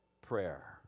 prayer